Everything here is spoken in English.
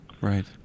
right